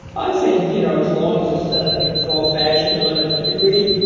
i think you know as long as it's done in a controlled fashion, a limited degree,